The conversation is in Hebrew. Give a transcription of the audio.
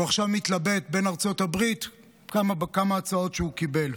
הוא עכשיו מתלבט בין ארצות הברית לבין כמה הצעות שהוא קיבל.